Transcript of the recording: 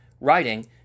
writing